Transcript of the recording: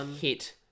hit